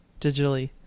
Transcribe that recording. digitally